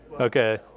Okay